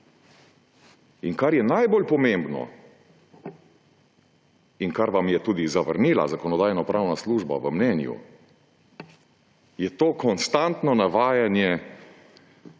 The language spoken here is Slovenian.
In kar je najbolj pomembno in kar vam je tudi zavrnila Zakonodajno-pravna služba v mnenju, je to konstantno navajanje